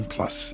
Plus